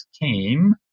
came